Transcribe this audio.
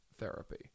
therapy